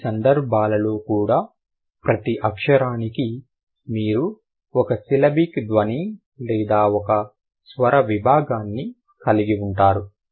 కాబట్టి ఈ సందర్భాలలో కూడా ప్రతి అక్షరానికి మీరు ఒక సిలబిక్ ధ్వని లేదా ఒక స్వర విభాగాన్ని కలిగి ఉంటారు